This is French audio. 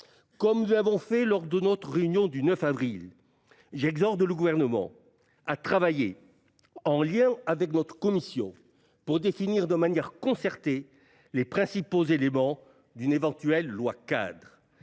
comme nous l'avons fait lors de notre réunion du 9 avril. J'exorde le gouvernement à travailler en lien avec notre Commission pour définir de manière concertée les principaux éléments d'une éventuelle loi cadre.